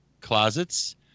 closets